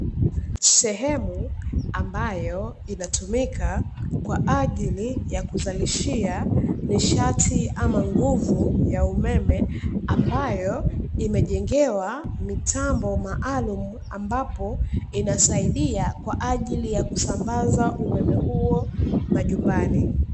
Sehemu ambayo inatumika kwaajili ya kuzalishia nishati ama nguvu ya umeme, ambayo imejengewa mitambo maalum ambapo inasaidia kwaajili ya kusambaza umeme huo majumbani